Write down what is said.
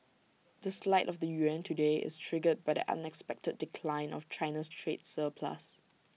the slide of the yuan today is triggered by the unexpected decline in China's trade surplus